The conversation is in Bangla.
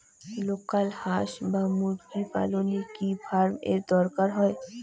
লোকাল হাস বা মুরগি পালনে কি ফার্ম এর দরকার হয়?